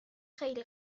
خیلی